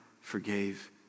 forgave